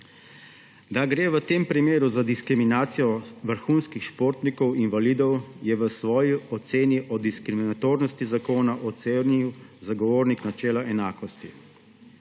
Da gre v tem primeru za diskriminacijo vrhunskih športnikov invalidov, je v svoji oceni o diskriminatornosti zakona ocenil Zagovornik načela enakosti.